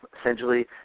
essentially